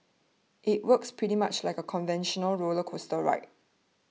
it works pretty much like a conventional roller coaster ride